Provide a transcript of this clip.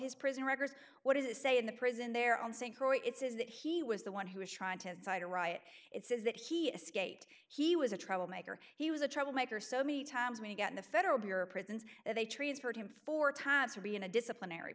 his prison records what does it say in the prison there on st croix it says that he was the one who was trying to incite a riot it says that he escaped he was a troublemaker he was a troublemaker so many times we get in the federal bureau of prisons and they transferred him four times for being a disciplinary